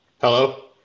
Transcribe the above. Hello